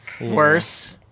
Worse